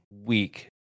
week